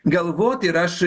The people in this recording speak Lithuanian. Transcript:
galvoti ir aš